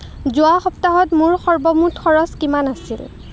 যোৱা সপ্তাহত মোৰ সৰ্বমুঠ খৰচ কিমান আছিল